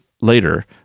later